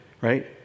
right